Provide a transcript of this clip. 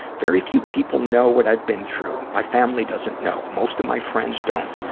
very few people know what i've been through. my family doesn't know. most of my friends don't,